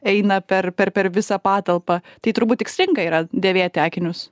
eina per per per visą patalpą tai turbūt tikslinga yra dėvėti akinius